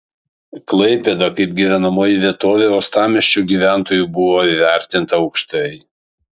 klaipėda kaip gyvenamoji vietovė uostamiesčio gyventojų buvo įvertinta aukštai